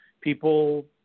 people